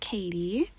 Katie